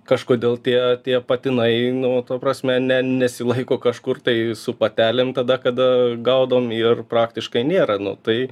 kažkodėl tie tie patinai nu to prasme ne nesilaiko kažkur tai su patelėm tada kada gaudom ir praktiškai nėra nu tai